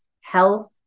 health